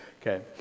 Okay